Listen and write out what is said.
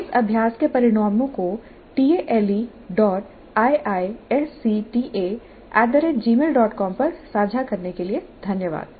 इस अभ्यास के परिणामों को taleiisctagmailcom पर साझा करने के लिए धन्यवाद